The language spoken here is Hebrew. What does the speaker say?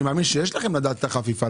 אני מאמין שיש לכם אפשרות לדעת את החפיפה.